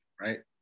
right